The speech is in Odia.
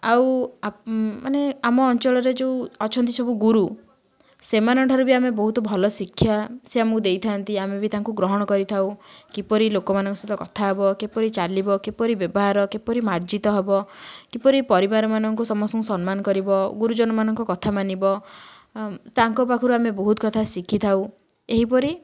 ଆଉ ମାନେ ଆମ ଅଞ୍ଚଳରେ ଯେଉଁ ଅଛନ୍ତି ସବୁ ଗୁରୁ ସେମାନଙ୍କ ଠାରୁ ବି ଆମେ ବହୁତ ଭଲ ଶିକ୍ଷା ସେ ଆମକୁ ଦେଇଥାନ୍ତି ଆମେ ବି ତାକୁ ଗ୍ରହଣ କରିଥାଉ କିପରି ଲୋକମାନଙ୍କ ସହିତ କଥା ହେବ କିପରି ଚାଲିବ କିପରି ବ୍ୟବହାର କିପରି ମାର୍ଜିତ ହବ କିପରି ପରିବାରମାନଙ୍କୁ ସମସ୍ତଙ୍କୁ ସମ୍ମାନ କରିବ ଗୁରୁଜନ ମାନଙ୍କ କଥାମାନିବ ତାଙ୍କ ପାଖରୁ ଆମେ ବହୁତ କଥା ଶିଖିଥାଉ ଏହିପରି